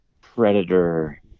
predator